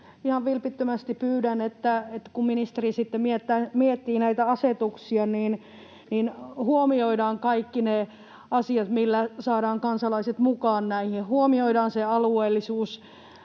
ihan vilpittömästi pyydän, että kun ministeri sitten miettii näitä asetuksia, niin huomioidaan kaikki ne asiat, joilla saadaan kansalaiset mukaan näihin. Huomioidaan se alueellisuus: